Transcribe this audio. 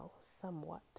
somewhat